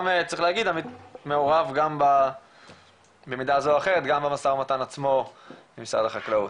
גם צריך להגיד שמעורב במידה זו או אחרת במשא ומתן עם משרד החקלאות.